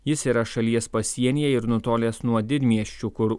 jis yra šalies pasienyje ir nutolęs nuo didmiesčių kur